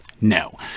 no